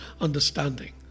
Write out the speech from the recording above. understanding